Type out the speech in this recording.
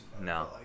No